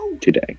today